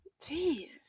Jeez